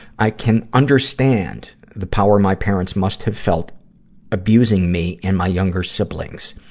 i can understand the power my parents must have felt abusing me and my younger siblings.